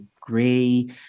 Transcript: gray